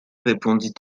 répondit